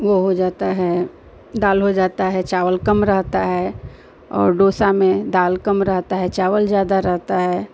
वह हो जाता है दाल हो जाती है चावल कम रहता है और डोसा में दाल कम रहती है चावल ज़्यादा रहता है